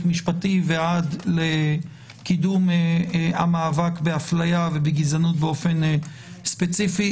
משפטי ועד לקידום המאבק בהפליה ובגזענות באופן ספציפי.